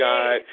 God